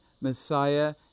Messiah